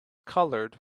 colored